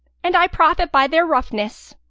and i profit by their roughness.